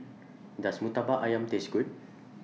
Does Murtabak Ayam Taste Good